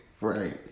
Right